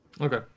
okay